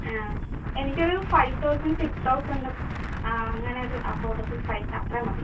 ആ എനിക്കൊരു five thousand six thousand ഒക്കെ ആ അങ്ങനെ ഒരു അഫോർഡബിൾ പ്രൈസ് അത്രമതി